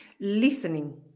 Listening